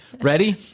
ready